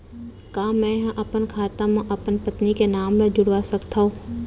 का मैं ह अपन खाता म अपन पत्नी के नाम ला जुड़वा सकथव?